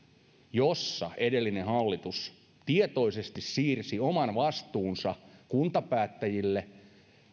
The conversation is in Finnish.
jossa edellinen hallitus tietoisesti siirsi oman vastuunsa kuntapäättäjille